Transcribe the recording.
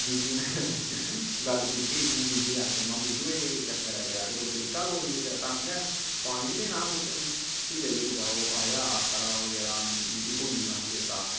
बिशु ने गल्ल कीती में विशु गी महां विशु एह् केह् चककर ऐ तेरा एह् कोई तरीका ऐ एह् तेरा कोई ढंग ऐ पानी निं देना हा बूह्टे फ्ही जाइयै ओह् कुदै आया आखा दा ओह् यरा मिगी भुल्ली गेदा हा चेता